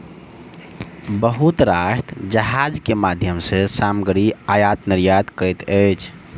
बहुत राष्ट्र जहाज के माध्यम सॅ सामग्री आयत निर्यात करैत अछि